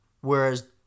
Whereas